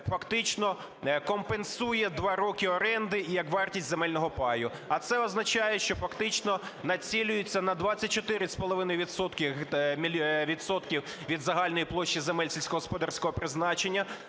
фактично компенсує 2 роки оренди як вартість земельного паю. А це означає, що фактично націлюються на 24,5 відсотка від загальної площі земель сільськогосподарського призначення